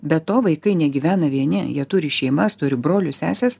be to vaikai negyvena vieni jie turi šeimas turi brolius seses